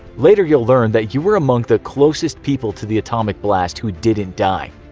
later you'll learn that you were among the closest people to the atomic blast who didn't die.